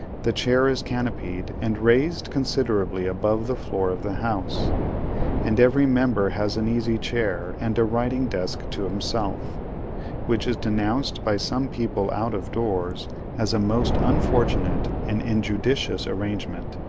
the chair is canopied, and raised considerably above the floor of the house and every member has an easy chair and a writing desk to himself which is denounced by some people out of doors as a most unfortunate and injudicious arrangement,